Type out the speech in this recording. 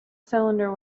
cylinder